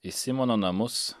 į simono namus